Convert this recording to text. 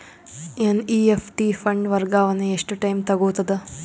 NEFT fund ವರ್ಗಾವಣೆ ಎಷ್ಟ time ತೋಗೊತದ?